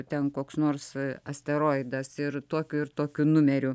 ten koks nors asteroidas ir tokiu ir tokiu numeriu